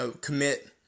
commit